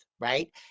right